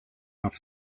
off